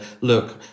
look